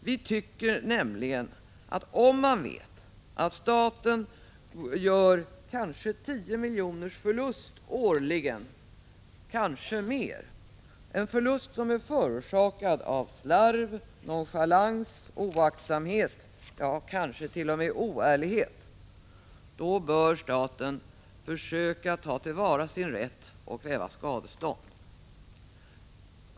Vi tycker nämligen att om man vet att staten gör kanske 10 milj.kr. förlust årligen, eller mer, en förlust som är förorsakad av slarv, nonchalans, oaktsamhet, ja, kanske t.o.m. oärlighet, så bör staten försöka ta till vara sin rätt och kräva skadestånd.